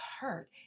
hurt